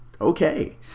okay